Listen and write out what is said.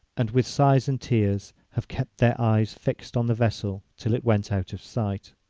and, with sighs and tears, have kept their eyes fixed on the vessel till it went out of sight.